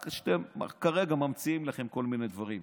רק כרגע ממציאים לכם כל מיני דברים.